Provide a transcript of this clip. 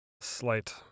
slight